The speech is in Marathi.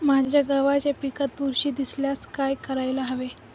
माझ्या गव्हाच्या पिकात बुरशी दिसल्यास काय करायला हवे?